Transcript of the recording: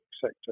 sector